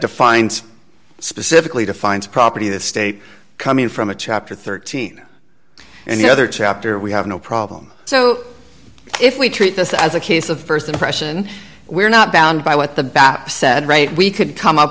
defines specifically defines property the state coming from a chapter thirteen and the other chapter we have no problem so if we treat this as a case of st impression we're not bound by what the bat said right we could come up